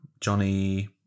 Johnny